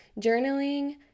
Journaling